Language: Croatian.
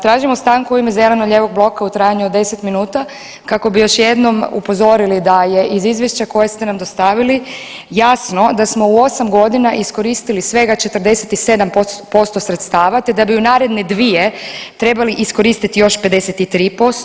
Tražimo stanku u ime zeleno-lijevog bloka u trajanju od 10 minuta kako bi još jednom upozorili da je iz izvješća koje ste nam dostavili jasno da smo u 8 godina iskoristili svega 47% sredstava te da bi u naredne 2 trebali iskoristiti još 53%